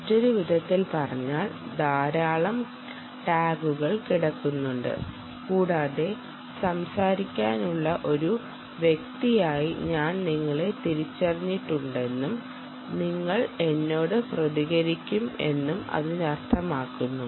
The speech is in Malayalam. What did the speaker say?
മറ്റൊരു വിധത്തിൽ പറഞ്ഞാൽ ധാരാളം ടാഗുകൾ കിടക്കുന്നുണ്ട് കൂടാതെ സംസാരിക്കാനുള്ള ഒരു വ്യക്തിയായി ഞാൻ നിങ്ങളെ തിരിച്ചറിഞ്ഞിട്ടുണ്ടെന്നും നിങ്ങൾ എന്നോട് പ്രതികരിക്കും എന്നും അതിനർത്ഥമാകുന്നു